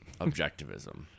Objectivism